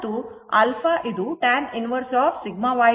ಮತ್ತು α tan inverse σyσx ಆಗಿರುತ್ತದೆ